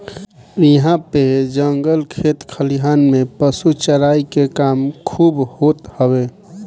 इहां पे जंगल खेत खलिहान में पशु चराई के काम खूब होत हवे